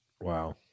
Wow